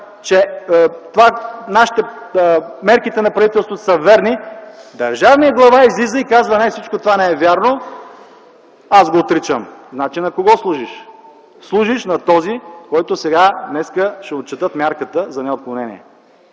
да прави, че мерките на правителството са верни, държавният глава излиза и казва: не, всичко това не е вярно, аз го отричам! Значи на кого служиш? Служиш на този, на когото днес ще отчетат мярката за неотклонение.